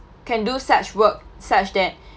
can do such work such that